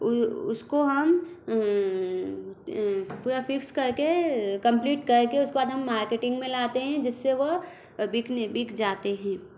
उ उसको हम पूरा फिक्स कर के कम्प्लीट कर के उसके बाद हम मार्केटिंग में लाते हैं जिससे वह बिकने बिक जाते हैं